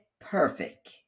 perfect